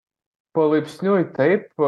palaipsniui taip